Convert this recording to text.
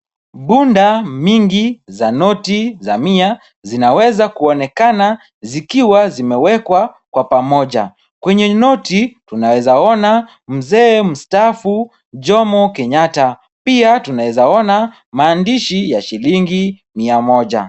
Bunda mingi za noti za mia, zinaweza kuonekana zikiwa zimewekwa kwa pamoja. Kwenye noti tunaweza ona mzee mstaafu Jomo Kenyatta. Pia tunaweza ona maandishi ya shilingi mia moja.